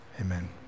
Amen